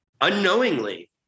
Unknowingly